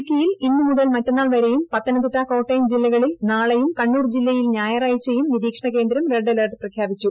ഇടുക്കിയിൽ ഇന്ന് മുതൽ മറ്റന്നാൾ വരെയും പത്തനംതിട്ട കോട്ടയം ജില്ലകളിൽ നാളെയും കണ്ണൂർ ജില്ലയിൽ ഞായറാഴ്ചയും നിരീക്ഷണ കേന്ദ്രം റെഡ് അലെർട്ട് പ്രഖ്യാപിച്ചു